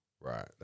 Right